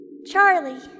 Charlie